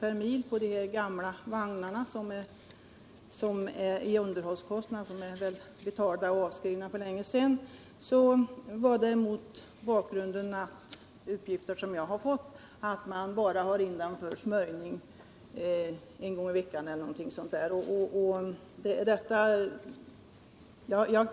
per mil i underhållskostnader för de här gamla vagnarna, som väl är avskrivna för länge sedan, skedde mot bakgrunden av en uppgift som jag fått att vagnarna bara tas in för smörjning en gång i veckan eller någonting sådant.